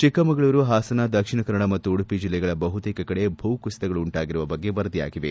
ಚಿಕ್ಕಮಗಳೂರು ಹಾಸನ ದಕ್ಷಿಣಕನ್ನಡ ಮತ್ತು ಉಡುಪಿ ಜಿಲ್ಲೆಗಳ ಬಹುತೇಕ ಕಡೆ ಭೂಕುಸಿತಗಳು ಉಂಟಾಗಿರುವ ಬಗ್ಗೆ ವರದಿಯಾಗಿದೆ